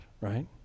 right